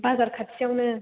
बाजार खाथियावनो